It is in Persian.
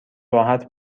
راحت